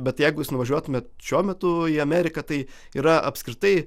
bet jeigu jūs nuvažiuotumėt šiuo metu į ameriką tai yra apskritai